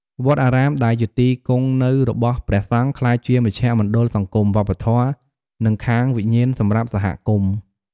វត្តអារាមដែលជាទីគង់នៅរបស់ព្រះសង្ឃ ក្លាយជាមជ្ឈមណ្ឌលសង្គម វប្បធម៌ និងខាងវិញ្ញាណសម្រាប់សហគមន៍។